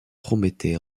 promettait